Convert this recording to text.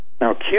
Now